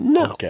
no